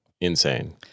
insane